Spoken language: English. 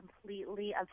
completely